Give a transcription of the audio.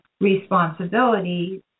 responsibility